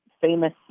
famous